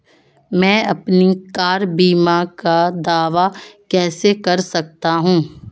मैं अपनी कार बीमा का दावा कैसे कर सकता हूं?